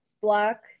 black